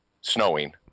snowing